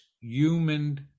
human